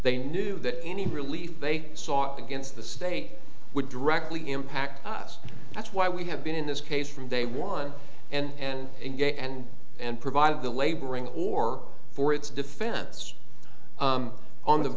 they knew that any relief they sought against the state would directly impact us that's why we have been in this case from day one and in gay and and provided the laboring or for its defense on the